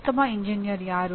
ಉತ್ತಮ ಎಂಜಿನಿಯರ್ ಯಾರು